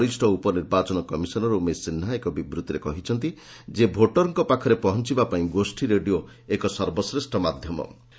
ବରିଷ୍ ଉପନିର୍ବାଚନ କମିଶନର ଉମେଶ ସିହ୍ବା ଏକ ବିବୂତ୍ତିରେ କହିଛନ୍ତି ଯେ ଭୋଟରଙ୍କ ପାଖରେ ପହଞ୍ ବା ପାଇଁ ଗୋଷୀ ରେଡିଓ ଏକ ସର୍ବଶ୍ରେଷ୍ଟ ମାଧ୍ଧମ